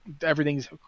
everything's